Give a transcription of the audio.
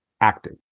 active